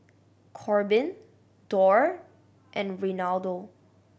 Corbin Dorr and Reinaldo